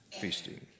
feasting